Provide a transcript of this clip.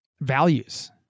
values